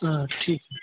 हँ ठीक हय